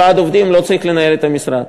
ועד עובדים לא צריך לנהל את המשרד.